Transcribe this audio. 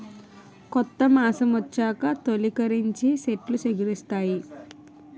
కొత్త మాసమొచ్చాక తొలికరించి సెట్లు సిగిరిస్తాయి